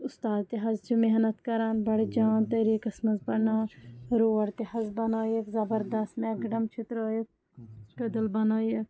اُستاد تہِ حظ چھِ محنت کَران بڑٕ جان طٔریٖقَس منٛز پَرناوان روڈ تہِ حظ بَنٲیِکھ زَبَردَست میکڈَم چھِ ترٛٲیِتھ کٔدٕل بنٲیِکھ